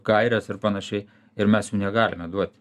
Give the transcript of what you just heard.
gaires ir panašiai ir mes jų negalime duoti